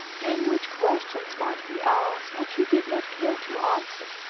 during which questions might be asked, which he did not care to answer.